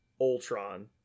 Ultron